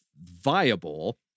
viable